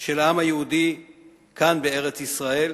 של העם היהודי כאן, בארץ-ישראל,